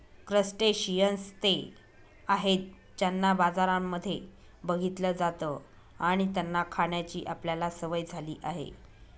crustaceans ते आहेत ज्यांना बाजारांमध्ये बघितलं जात आणि त्यांना खाण्याची आपल्याला सवय झाली आहे